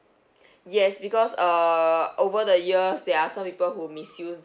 yes because err over the years there are some people who misuse